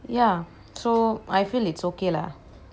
ya so I feel it's okay lah